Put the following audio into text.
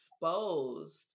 exposed